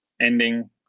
ending